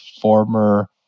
former